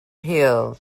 hill